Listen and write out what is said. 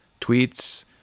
tweets